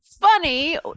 funny